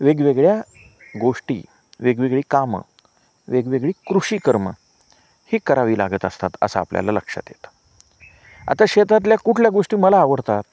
वेगवेगळ्या गोष्टी वेगवेगळी कामं वेगवेगळी कृषीकर्म ही करावी लागत असतात असं आपल्याला लक्षात येतं आता शेतातल्या कुठल्या गोष्टी मला आवडतात